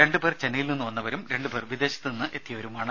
രണ്ടുപേർ ചെന്നൈയിൽനിന്ന് വന്നവരും രണ്ടുപേർ വിദേശത്തുനിന്ന് വന്നവരുമാണ്